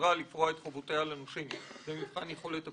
החברה לפרוע את חובותיה לנושים ו"מבחן יכולת הפירעון".